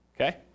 okay